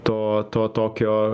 to to tokio